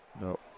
No